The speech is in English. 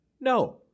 No